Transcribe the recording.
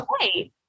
Okay